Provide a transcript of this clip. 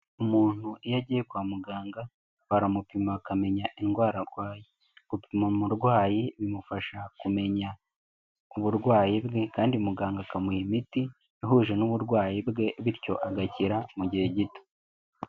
Umuntu iyo agiye kwa muganga baramupima akamenya indwara arwaye. Gupima umurwayi bimufasha kumenya uburwayi bwe kandi muganga akamuha imiti, ihuje n'uburwayi bwe bityo agakira mu gihe gito.